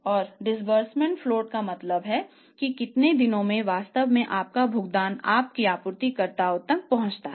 तो यह फ्लोट की अवधारणा है